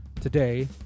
Today